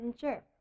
Sure